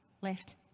left